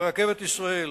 ברכבת ישראל,